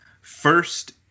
first